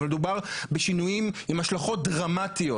אבל מדובר בשינויים עם השלכות דרמטיות